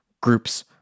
groups